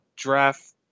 draft